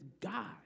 God